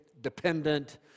dependent